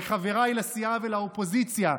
וחבריי לסיעה ולאופוזיציה,